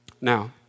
Now